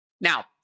Now